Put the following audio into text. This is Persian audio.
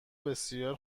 بسیار